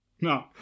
no